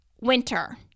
winter